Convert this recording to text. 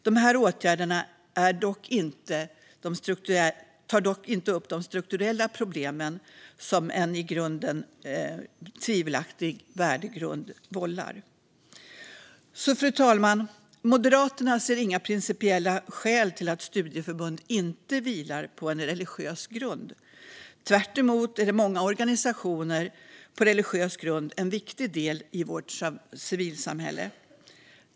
De åtgärderna tar dock inte upp de strukturella problemen som en i grunden tvivelaktig värdegrund vållar. Fru talman! Moderaterna ser inga principiella skäl till att studieförbund inte kan vila på religiös grund. Tvärtom är många organisationer som vilar på religiös grund en viktig del i vårt civilsamhälle.